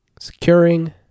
securing